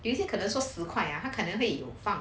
有一些可能说十块 ah 他可能会有放